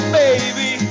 baby